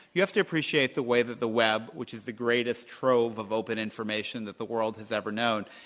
you have to appreciate the way that the web, which is the greatest trove of open information that the world has ever known,